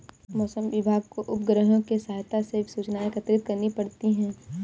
मौसम विभाग को उपग्रहों के सहायता से सूचनाएं एकत्रित करनी पड़ती है